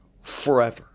forever